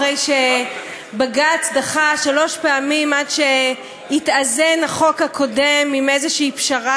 אחרי שבג"ץ דחה שלוש פעמים עד שהתאזן החוק הקודם עם איזושהי פשרה